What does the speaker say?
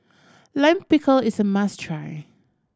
Lime Pickle is a must try